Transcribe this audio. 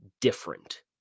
different